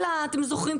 אתם זוכרים,